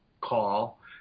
call